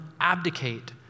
abdicate